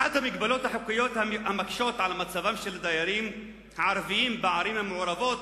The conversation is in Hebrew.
אחת המגבלות החוקיות המקשות את מצבם של דיירים ערבים בערים המעורבות